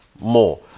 more